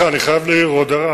אני חייב להעיר עוד הערה,